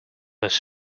was